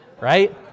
right